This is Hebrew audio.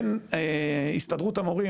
בין הסתדרות המורים,